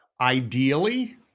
Ideally